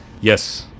Yes